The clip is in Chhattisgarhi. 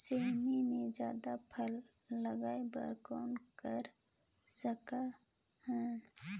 सेमी म जल्दी फल लगाय बर कौन कर सकत हन?